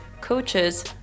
coaches